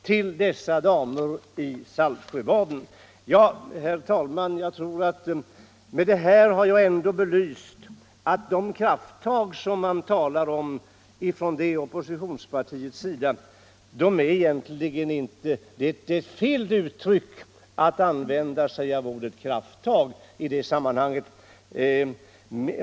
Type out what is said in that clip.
Ja, så ser alltså de ”krafttag” ut som herr Helén talade om, när han befann sig i Skaraborgs län för en vecka sedan. Med detta har jag anfört att det är fel att använda sig av ordet krafttag om de insatser som detta oppositionsparti har gjort.